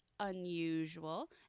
unusual